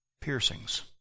Piercings